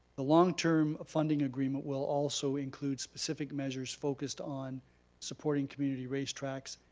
the long-term funding agreement will also include specific measures focused on supporting community race tracks,